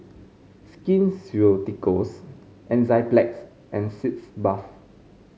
Skin Ceuticals Enzyplex and Sitz Bath